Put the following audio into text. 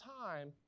time